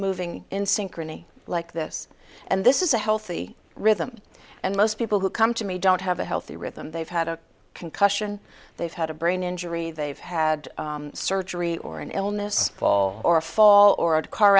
moving in synchrony like this and this is a healthy rhythm and most people who come to me don't have a healthy rhythm they've had a concussion they've had a brain injury they've had surgery or an illness fall or a fall or a car